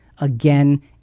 again